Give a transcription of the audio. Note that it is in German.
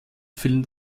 füllen